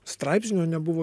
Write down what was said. straipsnio nebuvo